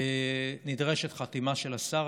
נדרשת חתימה של השר.